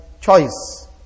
choice